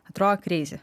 atrodo kreizi